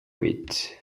wheat